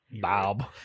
Bob